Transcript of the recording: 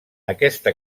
aquesta